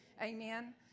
Amen